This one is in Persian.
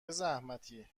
زحمتی